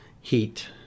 Heat